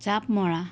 জাপ মৰা